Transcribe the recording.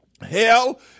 Hell